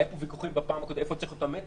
היו פה ויכוחים בפעם הקודמת איפה צריך להיות המתג.